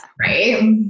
right